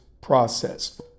process